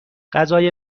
غذای